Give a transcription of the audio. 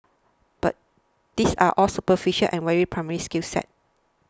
but these are all superficial and very primary skill sets